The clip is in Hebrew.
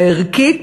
הערכית,